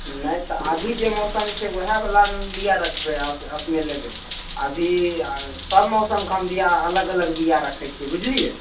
नहि तऽ अभी जे मौसम छै ओहए बला ने बीया रखबै आ अपने लेबै अभी आ सभ मौसमके हम बीया अलग अलग बीया रखै छियै बुझलियै